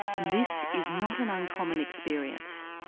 and this is not an uncommon experience.